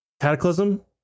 Cataclysm